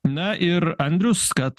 na ir andrius kad